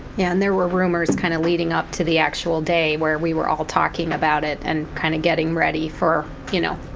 and there were rumors kind of leading up to the actual day where we were all talking about it and kind of getting ready for, you know,